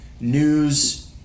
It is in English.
news